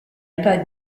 pas